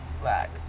Black